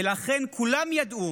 ולכן כולם ידעו